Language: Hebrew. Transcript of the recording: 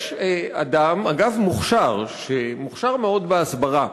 יש אדם, אגב מוכשר, מוכשר מאוד בהסברה,